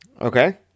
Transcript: Okay